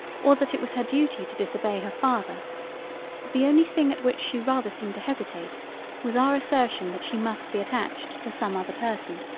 or that it was her duty to disobey her father the only thing at which she rather seemed to hesitate was our assertion that she must be attached to some other person.